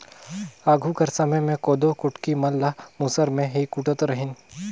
आघु कर समे मे कोदो कुटकी मन ल मूसर मे ही कूटत रहिन